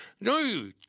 No